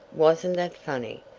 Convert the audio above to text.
wasn't that funny!